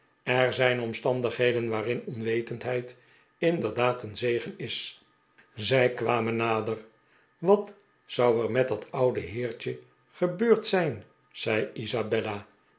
er zijn omstandigheden waarin onwetendheid inderdaad een zegen is zij kwamen nader wat zou er met dat oude heertje gebeurd zijn zei isabella